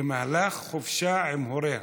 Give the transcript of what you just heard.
במהלך חופשה עם הוריה.